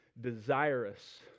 desirous